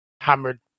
hammered